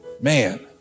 Man